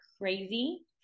crazy